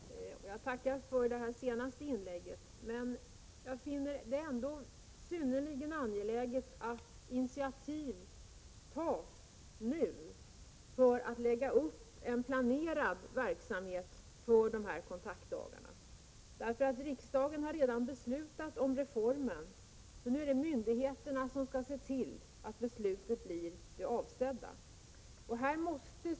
Herr talman! Jag tackar för det senaste inlägget. Jag finner det ändå synnerligen angeläget att initiativ tas nu för att lägga upp en planerad verksamhet för de här kontaktdagarna. Riksdagen har redan beslutat om reformen. Nu är det myndigheterna som skall se till att beslutet får avsedd effekt.